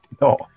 no